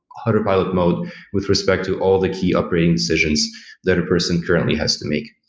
autopilot mode with respect to all the key operating decisions that a person currently has to make.